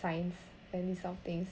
science and some things